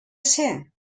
ser